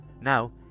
Now